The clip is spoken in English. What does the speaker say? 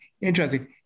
interesting